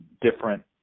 different